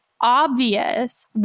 obvious